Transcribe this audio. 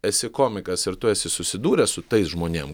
esi komikas ir tu esi susidūręs su tais žmonėm